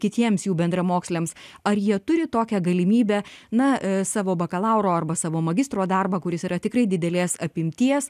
kitiems jų bendramoksliams ar jie turi tokią galimybę na savo bakalauro arba savo magistro darbą kuris yra tikrai didelės apimties